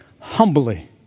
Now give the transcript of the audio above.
Humbly